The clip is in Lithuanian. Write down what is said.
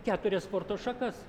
keturias sporto šakas